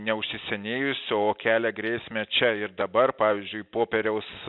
neužsisenėjusi o kelia grėsmę čia ir dabar pavyzdžiui popieriaus